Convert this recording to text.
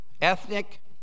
ethnic